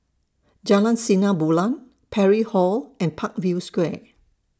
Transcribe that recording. Jalan Sinar Bulan Parry Hall and Parkview Square